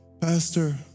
Pastor